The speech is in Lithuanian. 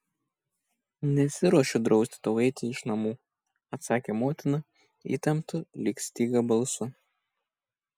nesiruošiu drausti tau eiti iš namų atsakė motina įtemptu lyg styga balsu